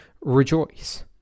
rejoice